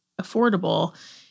affordable